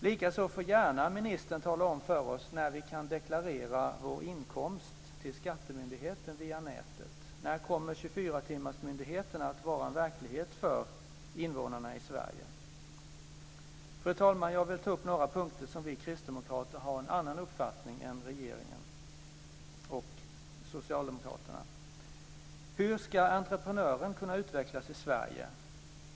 Likaså får ministern gärna tala om för oss när vi kan deklarera vår inkomst till skattemyndigheten via nätet. När kommer 24-timmarsmyndigheterna att vara en verklighet för invånarna i Sverige? Fru talman! Jag vill ta upp några punkter där vi kristdemokrater har en annan uppfattning än regeringen och Socialdemokraterna. Hur ska entreprenören kunna utvecklas i Sverige?